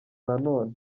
nanone